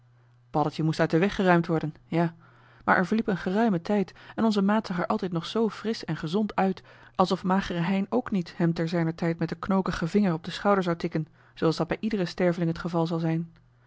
moest uit den weg geruimd worden ja maar er verliep een geruime tijd en onze maat zag er altijd nog zoo frisch en gezond uit alsof magere hein ook niet hem te zijner tijd met den knokigen vinger op den schouder zou tikken zooals dat bij ieder sterveling het geval zal zijn